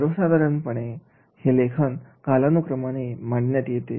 सर्वसाधारणपणे हे लेखन कालानुक्रमाने मांडण्यात येते